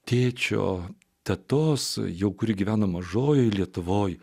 tėčio tetos jo kuri gyveno mažojoje lietuvoje